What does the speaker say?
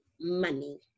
money